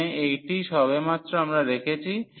এখানে এটি সবেমাত্র আমরা দেখেছি